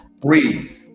breathe